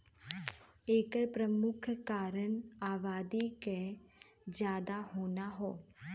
एकर परमुख कारन आबादी के जादा होना हौ